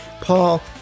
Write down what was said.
Paul